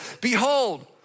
Behold